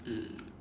mm